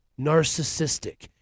narcissistic